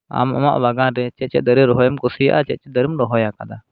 ᱟᱢ ᱟᱢᱟᱜ ᱵᱟᱜᱟᱱ ᱨᱮ ᱪᱮᱫ ᱪᱮᱫ ᱫᱟᱨᱮ ᱨᱚᱦᱚᱭ ᱮᱢ ᱠᱩᱥᱤᱭᱟᱜᱼᱟ ᱪᱮᱫ ᱫᱟᱨᱮᱢ ᱨᱚᱦᱚᱭ ᱟᱠᱟᱫᱟ